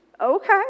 Okay